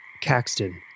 Caxton